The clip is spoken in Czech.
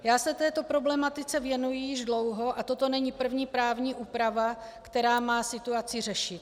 Já se této problematice věnuji již dlouho a toto není první právní úprava, která má situaci řešit.